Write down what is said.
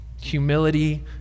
Humility